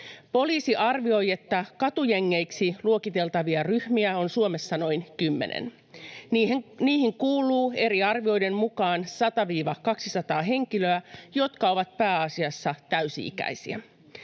Poliisi arvioi, että katujengeiksi luokiteltavia ryhmiä on Suomessa noin kymmenen. Niihin kuuluu eri arvioiden mukaan 100—200 henkilöä, jotka ovat pääasiassa täysi-ikäisiä.